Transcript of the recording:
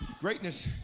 Greatness